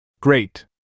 Great